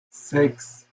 sechs